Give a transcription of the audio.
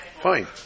fine